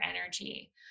energy